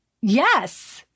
Yes